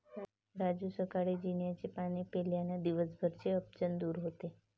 राजू सकाळी जिऱ्याचे पाणी प्यायल्याने दिवसभराचे अपचन दूर होते